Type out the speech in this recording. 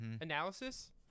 analysis